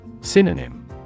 Synonym